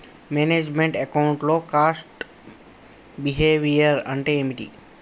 Manage meant account లో cost behaviour అంటే ఏమిటి?